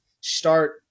start